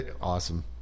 Awesome